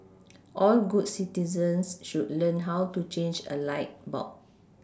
all good citizens should learn how to change a light bulb